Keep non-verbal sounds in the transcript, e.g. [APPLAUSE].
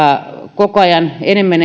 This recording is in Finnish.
koko ajan enemmän [UNINTELLIGIBLE]